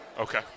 Okay